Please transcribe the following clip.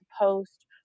post